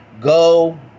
go